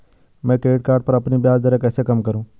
मैं credit card पर अपनी ब्याज दरें कैसे कम करूँ?